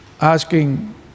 asking